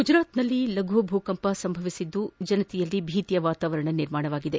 ಗುಜರಾತ್ನಲ್ಲಿ ಲಘು ಭೂಕಂಪ ಸಂಭವಿಸಿದ್ದು ಜನತೆಯಲ್ಲಿ ಭೀತಿಯ ವಾತವರಣ ನಿರ್ಮಾಣವಾಗಿದೆ